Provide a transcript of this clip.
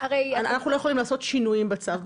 אנחנו לא יכולים לעשות שינויים בצו.